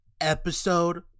Episode